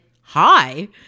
hi